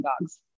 dogs